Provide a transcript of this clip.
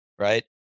right